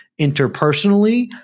interpersonally